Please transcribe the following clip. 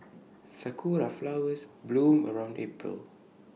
Sakura Flowers bloom around April